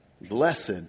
blessed